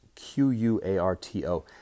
Q-U-A-R-T-O